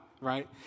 right